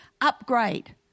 upgrade